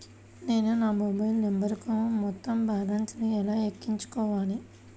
నేను నా మొబైల్ నంబరుకు మొత్తం బాలన్స్ ను ఎలా ఎక్కించుకోవాలి?